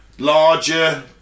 Larger